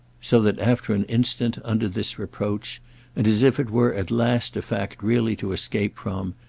so that after an instant, under this reproach and as if it were at last a fact really to escape from,